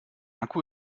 akku